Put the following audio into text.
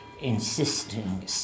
insisting